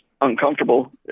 uncomfortable